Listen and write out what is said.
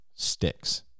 sticks